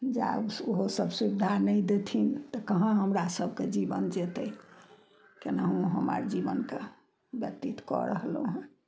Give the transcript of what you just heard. जँ आब उहो सभ सुविधा नहि देथिन तऽ कहाँ हमरा सभके जीवन जेतै केनाहु हम आर जीवनके व्यतीत कऽ रहलहुँ हन